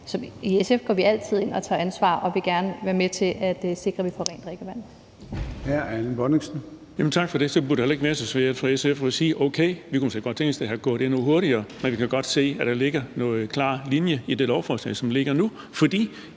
og tager ansvar og vil gerne være med til at sikre, at vi får rent drikkevand.